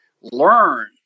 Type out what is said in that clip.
learn